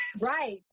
right